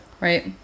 right